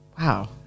Wow